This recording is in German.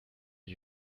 ich